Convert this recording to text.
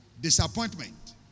disappointment